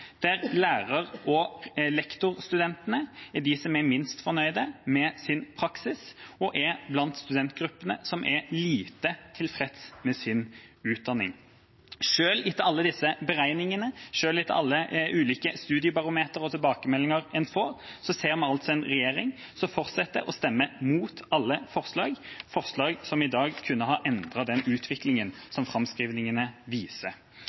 der lærer- og lektorstudentene er de som er minst fornøyd med sin praksis, og er blant studentgruppene som er lite tilfreds med sin utdanning. Selv etter alle disse beregningene, selv etter alle ulike studiebarometre og tilbakemeldinger en får, ser vi regjeringspartier som fortsetter å stemme imot alle forslag, forslag som i dag kunne ha endret den utviklingen som framskrivingene viser.